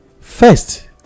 First